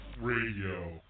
Radio